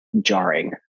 jarring